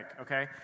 okay